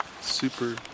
super